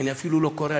אני אפילו לא קורא.